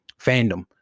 fandom